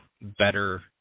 better